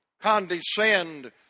condescend